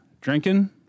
drinking